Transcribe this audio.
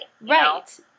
Right